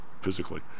physically